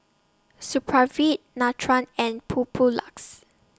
Supravit Nutren and Papulex